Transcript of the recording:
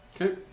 Okay